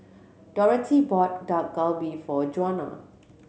Dorothea bought Dak Galbi for Djuana